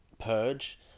purge